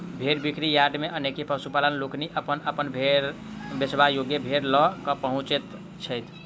भेंड़ बिक्री यार्ड मे अनेको पशुपालक लोकनि अपन अपन बेचबा योग्य भेंड़ ल क पहुँचैत छथि